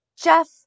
Jeff